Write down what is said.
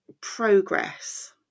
progress